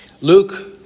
Luke